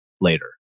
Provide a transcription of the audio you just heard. later